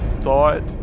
thought